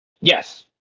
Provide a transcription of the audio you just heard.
Yes